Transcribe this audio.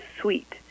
sweet